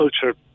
culture